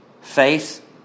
faith